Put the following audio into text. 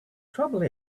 trouble